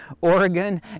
Oregon